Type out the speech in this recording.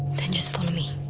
then just follow me.